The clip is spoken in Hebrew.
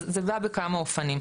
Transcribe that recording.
אז זה בא בכמה אופנים.